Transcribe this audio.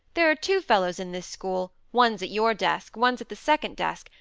there are two fellows in this school, one's at your desk, one's at the second desk,